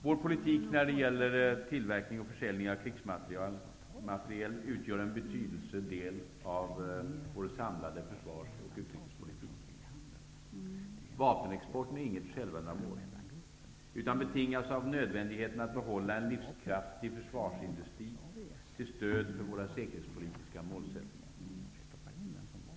Vår politik när det gäller tillverkning och försäljning av krigsmateriel utgör en betydelsefull del av vår samlade försvars och utrikespolitik. Vapenexporten är inget självändamål utan betingas av nödvändigheten att behålla en livskraftig försvarsindustri till stöd för våra säkerhetspolitiska målsättningar.